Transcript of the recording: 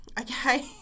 Okay